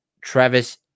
Travis